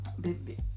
Baby